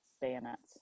Bayonets